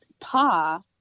Pa